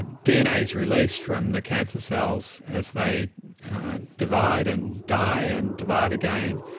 dna is released from the cancer cells as they divide and die and divide again.